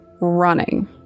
running